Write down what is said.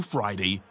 Friday